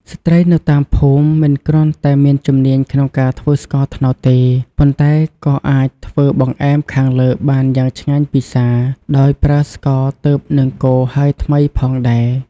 ស្ត្រីនៅតាមភូមិមិនគ្រាន់តែមានជំនាញក្នុងការធ្វើស្ករត្នោតទេ ប៉ុន្តែក៏អាចធ្វើបង្អែមខាងលើបានយ៉ាងឆ្ងាញ់ពិសាដោយប្រើស្ករទើបនឹងកូរហើយថ្មីផងដែរ។